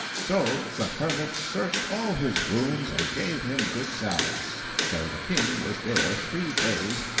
so the hermit searched all his wounds and gave him good salves so the king was there three days,